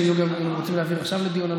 אם רוצים להעביר עכשיו לדיון.